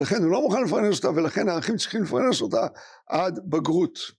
לכן הוא לא מוכן לפרנס אותה, ולכן האחים צריכים לפרנס אותה עד בגרות.